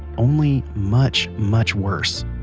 only much much worse.